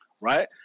right